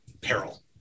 Peril